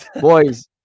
Boys